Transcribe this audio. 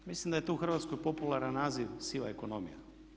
Mislim da je to u Hrvatskoj popularan naziv siva ekonomija.